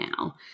now